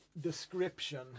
description